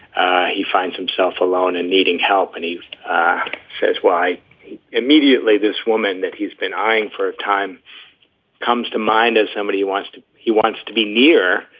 he finds himself alone and needing help and he says, why immediately? this woman that he's been eyeing for a time comes to mind as somebody who wants to he wants to be near.